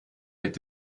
mit